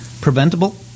Preventable